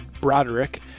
Broderick